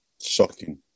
Shocking